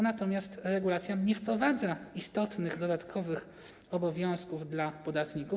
Natomiast regulacja nie wprowadza istotnych dodatkowych obowiązków dla podatników.